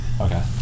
Okay